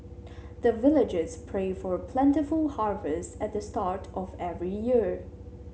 the villagers pray for plentiful harvest at the start of every year